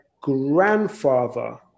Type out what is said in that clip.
grandfather